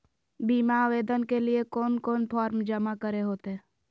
बीमा आवेदन के लिए कोन कोन फॉर्म जमा करें होते